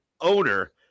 owner